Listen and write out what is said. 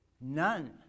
None